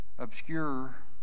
Obscure